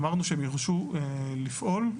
מתי הן ייכנסו לתוקף,